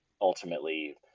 ultimately